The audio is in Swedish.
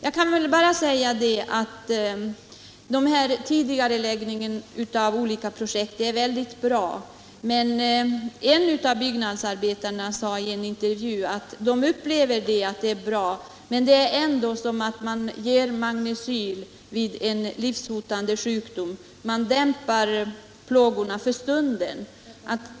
Jag kan väl bara säga att tidigareläggningen av olika projekt är en utmärkt åtgärd men att en av byggnadsarbetarna i en intervju sagt att vad de nu upplever visserligen är bra men att det ändå bara är som att ge en magnecyl vid en livshotande sjukdom: plågorna dämpas bara något för stunden.